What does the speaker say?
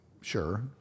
sure